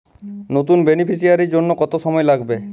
নতুন বেনিফিসিয়ারি জন্য কত সময় লাগবে?